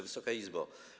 Wysoka Izbo!